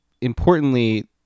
importantly